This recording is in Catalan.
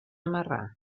marrà